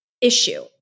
issue